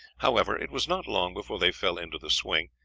however, it was not long before they fell into the swing,